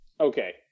okay